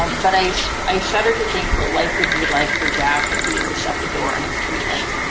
um but i so i shudder to think what life would be like for jack if we were to shut the door on his treatment.